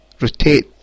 rotate